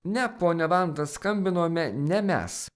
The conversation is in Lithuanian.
ne ponia vanda skambinome ne mes